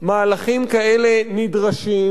מהלכים כאלה נדרשים,